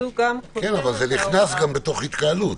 אבל זה נכנס גם בתוך התקהלות.